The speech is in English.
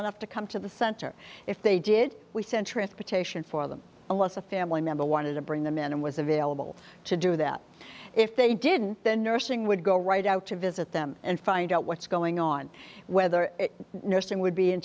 enough to come to the center if they did we send transportation for them unless a family member wanted to bring them in and was available to do that if they didn't the nursing would go right out to visit them and find out what's going on whether nursing would be in